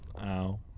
Ow